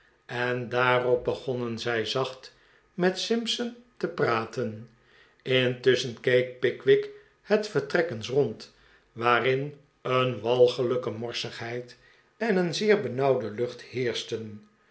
en daarop begonnen zij zacht met simpson te praten intusschen keek pickwick het vertrek eens rond waarin een walgelijke morsigheid en een zeer benauwde iucht heerschten